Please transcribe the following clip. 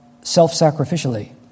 self-sacrificially